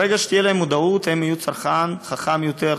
ברגע שתהיה להם מודעות הם יהיו צרכן חכם יותר,